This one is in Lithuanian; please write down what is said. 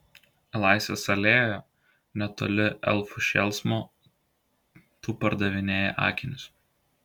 laisvės alėjoje netoli elfų šėlsmo tu pardavinėji akinius